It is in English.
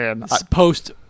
post